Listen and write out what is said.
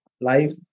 life